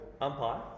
umpire